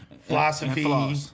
Philosophy